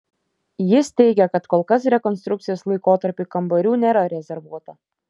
jis teigia kad kol kas rekonstrukcijos laikotarpiui kambarių nėra rezervuota